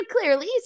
clearly